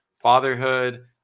fatherhood